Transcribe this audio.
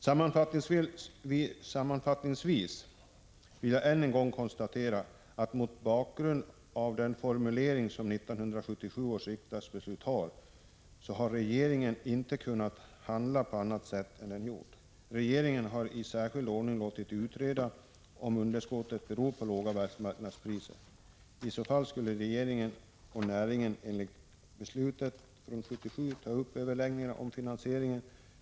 Sammanfattningsvis vill jag än en gång konstatera att regeringen, mot bakgrund av den formulering som 1977 års riksdagsbeslut har, inte har kunnat handla på annat sätt än den gjort. Regeringen har i särskild ordning låtit utreda om underskottet beror på låga världsmarknadspriser. Om så vore fallet skulle regeringen och näringen enligt 1977 års beslut ta upp överläggningar om finansieringen.